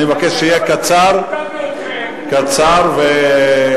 אני מבקש, יהיה קולע וקצר.